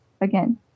again